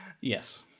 Yes